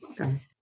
Okay